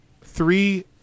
three